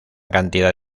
cantidad